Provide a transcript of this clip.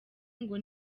ngo